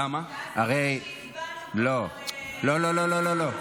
ואז הצבענו, לא לא לא.